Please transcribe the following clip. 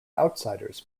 outsiders